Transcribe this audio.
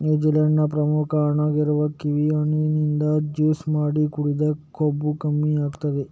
New Zealand ನ ಪ್ರಮುಖ ಹಣ್ಣಾಗಿರುವ ಕಿವಿ ಹಣ್ಣಿನಿಂದ ಜ್ಯೂಸು ಮಾಡಿ ಕುಡಿದ್ರೆ ಕೊಬ್ಬು ಕಮ್ಮಿ ಆಗ್ತದೆ